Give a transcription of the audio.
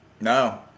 No